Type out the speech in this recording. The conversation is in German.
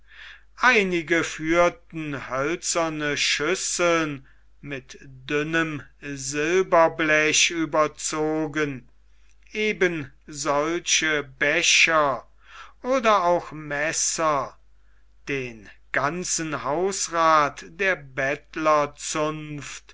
einige führten hölzerne schüsseln mit dünnem silberblech überzogen eben solche becher oder auch messer den ganzen hausrath der